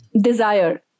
Desire